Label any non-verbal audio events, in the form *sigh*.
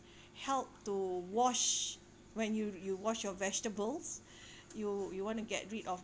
*breath* help to wash when you you wash your vegetables *breath* you you want to get rid of